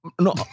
No